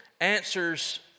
answers